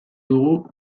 dugu